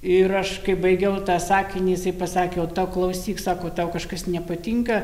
ir aš kai baigiau tą sakinį jisai pasakė o ta klausyk sako tau kažkas nepatinka